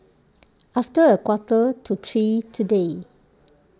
after a quarter to three today